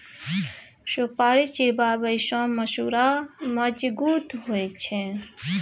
सुपारी चिबाबै सँ मसुरा मजगुत होइ छै